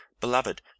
Beloved